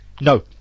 No